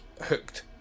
hooked